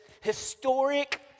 historic